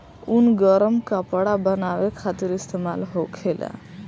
ऊन गरम कपड़ा बनावे खातिर इस्तेमाल होखेला